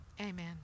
amen